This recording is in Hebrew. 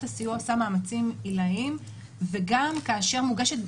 הסיוע עושה מאמצים עילאיים וגם כאשר מוגשת,